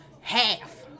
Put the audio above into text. Half